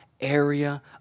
area